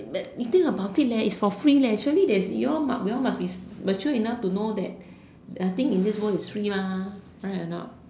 but you think about it is for free actually there is you'all must we all must be mature enough to know that nothing in this world is free correct or not